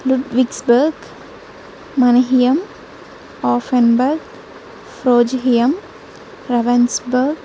Ludwigsburg Mannheim Offenburg Fechenheim Ravensburg